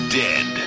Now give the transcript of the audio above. dead